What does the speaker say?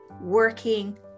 working